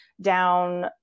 down